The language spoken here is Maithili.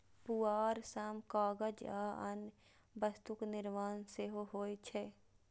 पुआर सं कागज आ अन्य वस्तुक निर्माण सेहो होइ छै